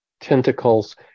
tentacles